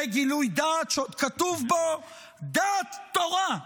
זה גילוי דעת שעוד כתוב בו "דעת תורה"